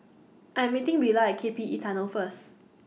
I Am meeting Willa At K P E Tunnel First